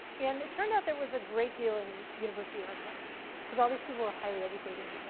and it turned out there was a great deal in university archives because all these people were highly educated.